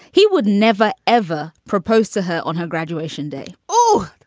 he would never, ever proposed to her on her graduation day oh,